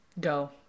Go